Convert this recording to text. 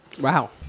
Wow